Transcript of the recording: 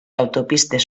autopistes